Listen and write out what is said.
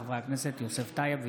לחבר הכנסת יוסף טייב,